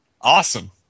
Awesome